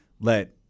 let